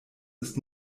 ist